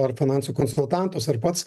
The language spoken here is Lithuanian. ar finansų konsultantus ar pats